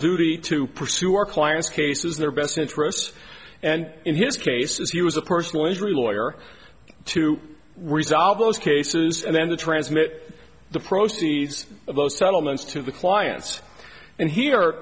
duty to pursue our clients cases their best interests and in his cases he was a personal injury lawyer to resolve those cases and then to transmit the proceeds of those settlements to the clients and here